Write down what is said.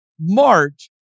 March